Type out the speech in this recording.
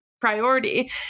priority